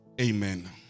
Amen